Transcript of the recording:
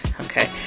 Okay